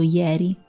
ieri